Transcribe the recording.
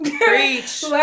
Preach